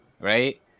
right